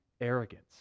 arrogance